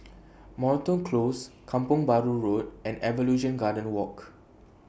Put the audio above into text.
Moreton Close Kampong Bahru Road and Evolution Garden Walk